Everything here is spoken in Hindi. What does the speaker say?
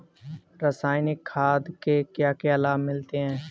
रसायनिक खाद के क्या क्या लाभ मिलते हैं?